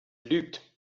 lügt